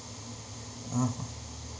(uh huh)